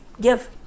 Give